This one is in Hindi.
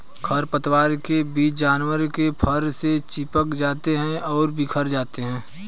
खरपतवार के बीज जानवर के फर से चिपक जाते हैं और बिखर जाते हैं